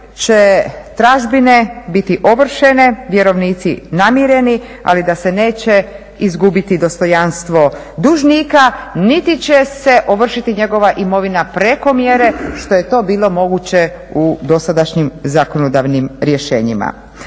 će tražbine biti ovršene, vjerovnici namireni, ali da se neće izgubiti dostojanstvo dužnika, niti će se ovršiti njegova imovina preko mjere što je to bilo moguće u dosadašnjim zakonodavnim rješenjima.